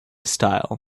style